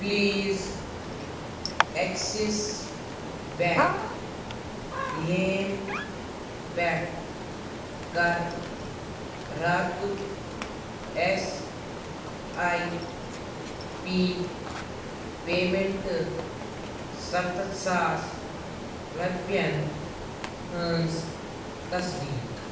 please Axis bank لیم پٮ۪ٹھ کَر راتُک اٮ۪س آی پی پیمٮ۪نٛٹ سَتَتھ ساس رۄپیَن ہٕنٛز تصدیٖق